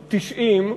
ה-90,